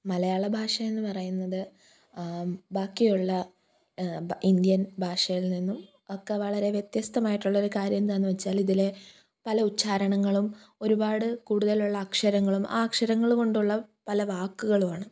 മലയാള ഭാഷയെന്ന് പറയുന്നത് ബാക്കിയുള്ള ഇന്ത്യൻ ഭാഷകളിൽ നിന്നും ഒക്കെ വളരെ വ്യത്യസ്തമായിട്ടുള്ളൊരു കാര്യമെന്താണെന്ന് വെച്ചാലിതിൽ പല ഉച്ചാരണങ്ങളും ഒരുപാട് കൂടുതലുള്ള അക്ഷരങ്ങളും ആ അക്ഷരങ്ങൾ കൊണ്ടുള്ള പല വാക്കുകളുമാണ്